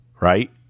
right